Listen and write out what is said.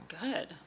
Good